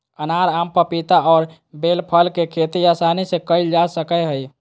अनार, आम, पपीता और बेल फल के खेती आसानी से कइल जा सकय हइ